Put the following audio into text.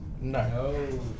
No